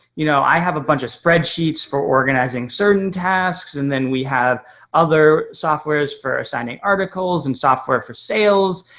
you know, i have a bunch of spreadsheets for organizing certain tasks and then we have other softwares for assigning articles and software for sales.